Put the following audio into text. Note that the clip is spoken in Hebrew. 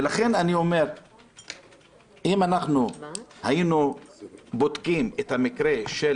ולכן אני אומר שאם היינו בודקים את המקרה של